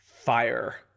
fire